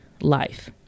life